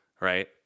Right